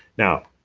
now,